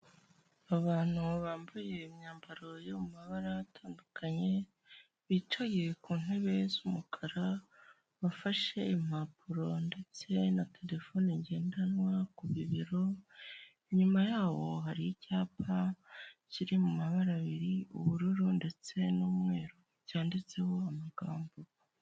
Abantu bambaye imyambaro y'amabara atandukanye, bicaye ku ntebe z'umukara bafashe impapuro ndetse na terefone ngendanwa ku bibero, inyuma yabo hari icyapa kiri mu mabara abiri, ubururu ndetse n'umweru cyanditseho amagambo.